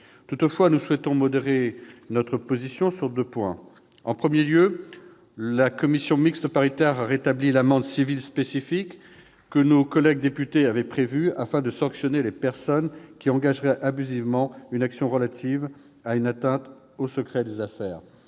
Néanmoins, nous souhaitons modérer notre position sur deux points. En premier lieu, la commission mixte paritaire a rétabli l'amende civile spécifique que nos collègues députés avaient prévue pour sanctionner les personnes qui engageraient abusivement une action relative à une atteinte au secret des affaires.